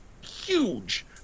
huge